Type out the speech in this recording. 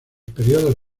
períodos